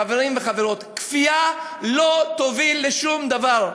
חברים וחברות, כפייה לא תוביל לשום דבר.